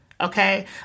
okay